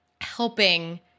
helping